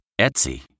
Etsy